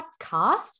podcast